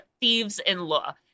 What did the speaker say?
thieves-in-law